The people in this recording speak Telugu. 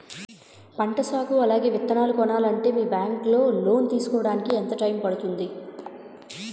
పంట సాగు అలాగే విత్తనాలు కొనాలి అంటే మీ బ్యాంక్ లో లోన్ తీసుకోడానికి ఎంత టైం పడుతుంది?